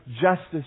justice